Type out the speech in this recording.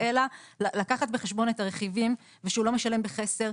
אלא לקחת בחשבון את הרכיבים ושהוא לא משלם בחסר.